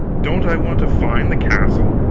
don't i want to find the castle?